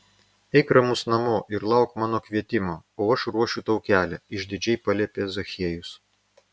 eik ramus namo ir lauk mano kvietimo o aš ruošiu tau kelią išdidžiai paliepė zachiejus